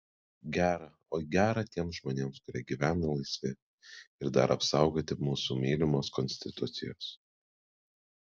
gera oi gera tiems žmonėms kurie gyvena laisvi ir dar apsaugoti mūsų mylimos konstitucijos